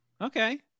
Okay